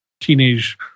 teenage